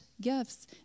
gifts